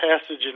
passage